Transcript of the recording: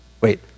wait